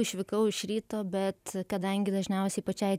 išvykau iš ryto bet kadangi dažniausiai pačiai